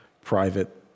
private